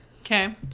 Okay